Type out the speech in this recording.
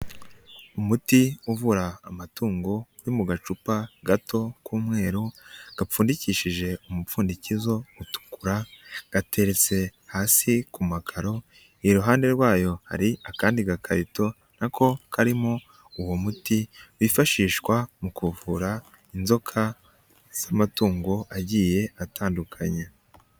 Umuti uvura amatungo yo mu gacupa gato k'umweru gapfundikishije umupfundikizo utukura, gateretse hasi ku makaro, iruhande rwayo hari akandi gakarito nako karimo uwo muti wifashishwa mu kuvura inzoka z'amatungo agiye atandukanyekanye.